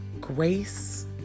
grace